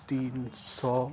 تین سو